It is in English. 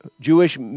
Jewish